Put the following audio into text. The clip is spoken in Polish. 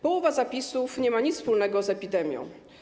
Połowa zapisów nie ma nic wspólnego z epidemią.